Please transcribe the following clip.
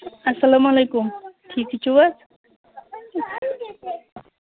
اَسلام علیکُم ٹھیٖکھٕے چھِو حظ